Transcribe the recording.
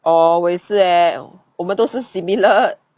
orh 我也是 leh 我们都是 similar